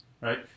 Right